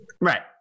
right